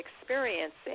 experiencing